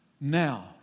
Now